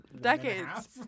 decades